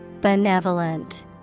Benevolent